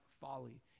folly